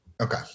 Okay